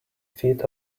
feet